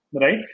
right